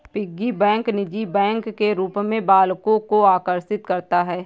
piggy bank निजी bank के रूप में बालकों को आकर्षित करता है